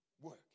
work